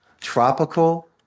tropical